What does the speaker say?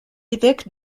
évêque